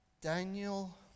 Daniel